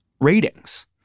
ratings